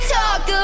talk